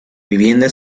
vivienda